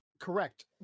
correct